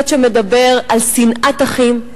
חטא שמדבר על שנאת אחים,